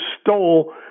stole